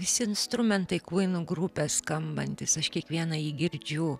visi instrumentai kvyn grupės skambantys aš kiekvieną jį girdžiu